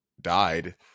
died